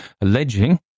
alleging